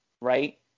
right